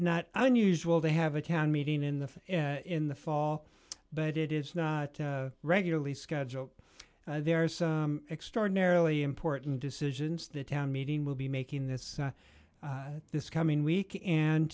not unusual to have a town meeting in the in the fall but it is not regularly scheduled there are some extraordinarily important decisions the town meeting will be making this this coming week and